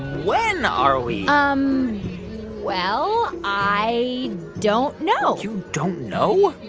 when are we? um well, i don't know you don't know?